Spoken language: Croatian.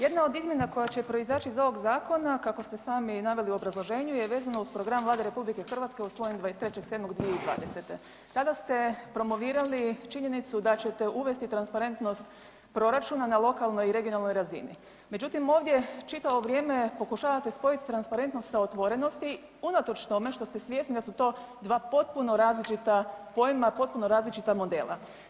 Jedna od izmjena koja će proizaći iz ovog zakona kako ste sami naveli u obrazloženju je vezano uz program Vlade RH usvojen 23.7.2020., tada ste promovirali činjenicu da ćete uvesti transparentnost proračuna na lokalnoj i regionalnoj razini, međutim ovdje čitavo vrijeme pokušavate spojiti transparentno s otvorenosti unatoč tome što ste svjesni da su to dva potpuno različita pojma, potpuno različita modela.